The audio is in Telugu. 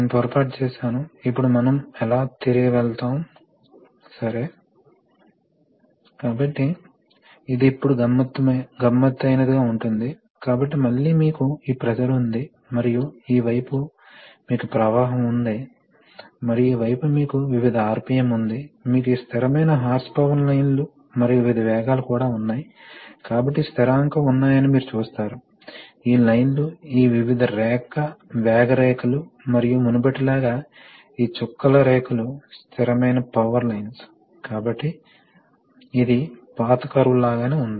కాబట్టి అధిక ప్రెషర్ ఈ విధంగా వెళుతుంది కాబట్టి ఇది ఇక్కడ వర్తించబడుతుంది కనుక ఇది ఎక్సాస్ట్ అవుతుంది ఇది కూడా ఎక్సాస్ట్ అవుతుంది ఇది జరిగిందని మరియు ఇది వెంట్ కాబట్టి ఇది ఈ విధంగా కుడివైపుకి కదులుతుంది మరోవైపు ఈ వాల్వ్ ఈ స్థానానికి మార్చబడితే అప్పుడు ఏమి జరుగుతుంది అంటే సిలిండర్ యొక్క రెండు వైపులా ఉదాహరణకు అప్పుడు ఈ సైడ్ సిలిండర్ వాల్వ్ చూపిన స్థితిలో ఉంటే ఇది మూసివేయబడుతుంది